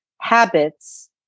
habits